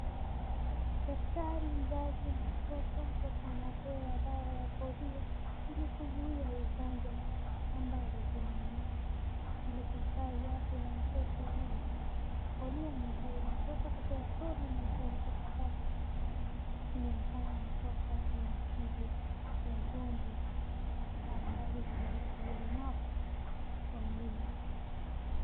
Daktari, mzazi na mtoto, mtoto anapewa dawa ya polio ili kuzuia ugonjwa ambazo zinaenea ili kustawi afya ya mtoto huyu. Polio ni nzuri, mtoto kupewa polio ni nzuri kwa sababu inamfanya mtoto kuwa mskivu kwa ugonjwa, hasaa ambazo zinaleta ulemavu kwa mwili.